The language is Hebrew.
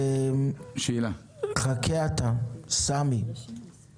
אני רוצה לומר משהו